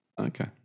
Okay